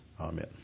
Amen